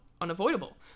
unavoidable